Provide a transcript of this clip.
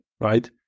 right